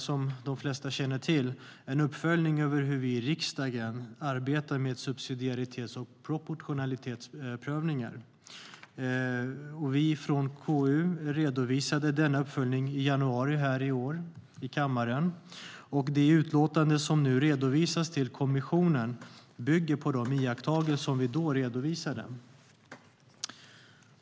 Som de flesta känner till gör KU årligen en uppföljning av hur vi i riksdagen arbetar med subsidiaritets och proportionalitetsprövningar. Vi från KU redovisade denna uppföljning i kammaren i januari i år, och det utlåtande som nu redovisas till kommissionen bygger på de iakttagelser vi då redovisade.